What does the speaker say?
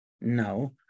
No